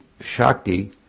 Shakti